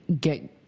get